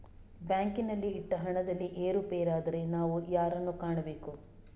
ಬ್ಯಾಂಕಿನಲ್ಲಿ ಇಟ್ಟ ಹಣದಲ್ಲಿ ಏರುಪೇರಾದರೆ ನಾವು ಯಾರನ್ನು ಕಾಣಬೇಕು?